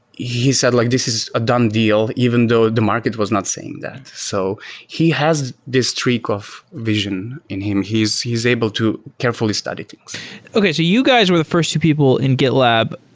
he said like, this is a done deal even though the market was not saying that. so he has this streak of vision in him. he's he's able to carefully study things okay. so you guys were the fi rst two people in gitlab.